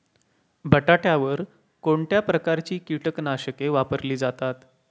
बटाट्यावर कोणत्या प्रकारची कीटकनाशके वापरली जातात?